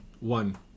One